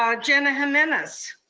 um jena jimenez.